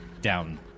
down